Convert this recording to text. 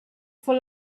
for